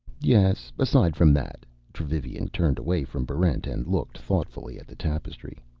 yes, aside from that. dravivian turned away from barrent and looked thoughtfully at the tapestry.